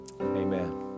Amen